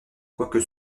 quoique